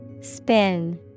Spin